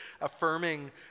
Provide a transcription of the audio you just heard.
affirming